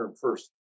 first